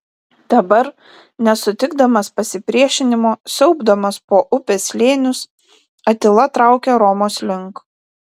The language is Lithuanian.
dabar nesutikdamas pasipriešinimo siaubdamas po upės slėnius atila traukia romos link